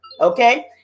okay